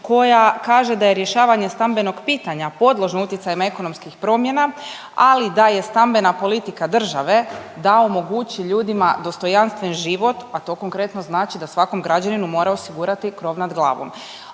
koja kaže da je rješavanje stambenog pitanja podložno utjecajima ekonomskih promjena ali da je stambena politika države da omogući ljudima dostojanstven život, a to konkretno znači da svakom građaninu mora osigurati i krov nad glavom.